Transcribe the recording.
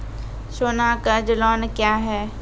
सोना कर्ज लोन क्या हैं?